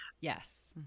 Yes